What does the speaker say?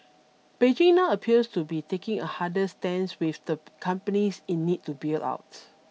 Beijing now appears to be taking a harder stance with the companies in need to bail out